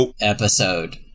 episode